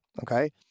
okay